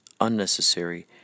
unnecessary